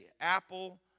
apple